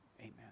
amen